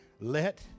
let